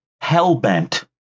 hell-bent